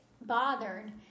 bothered